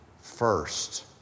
first